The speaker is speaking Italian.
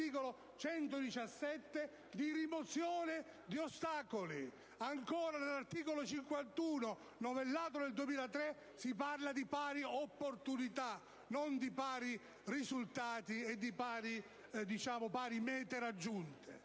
della Costituzione, di rimozione di ostacoli e, all'articolo 51, novellato nel 2003, di pari opportunità, non di pari risultati e di pari mete raggiunte.